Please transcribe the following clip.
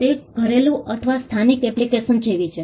તે ઘરેલું અથવા સ્થાનિક એપ્લિકેશન જેવી છે